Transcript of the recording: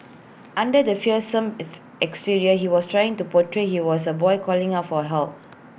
under the fearsome is exterior he was trying to portray he was A boy calling out for help